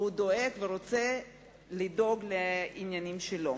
דואג, ורוצה לדאוג, לעניינים שלו.